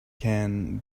can